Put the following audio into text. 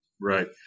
right